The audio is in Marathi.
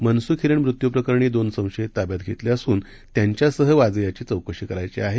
मनसुख हिरेन मृयूप्रकरणी दोन संशियत ताब्यात घेतले असून त्यांच्यासह वाजे याची चौकशी करायची आहे